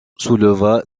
souleva